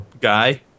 guy